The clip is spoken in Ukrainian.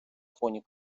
фоні